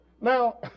Now